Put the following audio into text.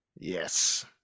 Yes